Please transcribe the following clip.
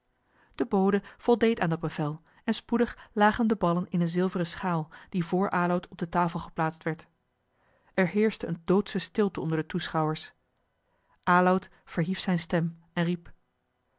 de bode voldeed aan dat bevel en spoedig lagen de ballen in eene zilveren schaal die voor aloud op de tafel geplaatst werd er heerschte eene doodsche stilte onder de toeschouwers aloud verhief zijne stem en riep